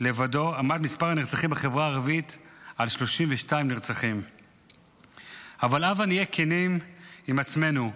לבדו עמד מספר הנרצחים בחברה הערבית על 32. אבל הבה נהיה כנים עם עצמנו: